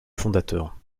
fondateur